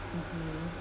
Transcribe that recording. mmhmm